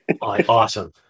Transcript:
Awesome